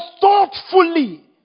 thoughtfully